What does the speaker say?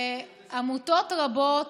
עמותות רבות,